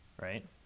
right